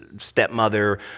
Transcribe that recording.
stepmother